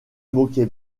moquait